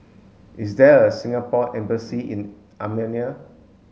is there a Singapore embassy in Armenia